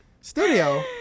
Studio